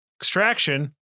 extraction